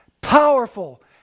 powerful